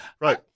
right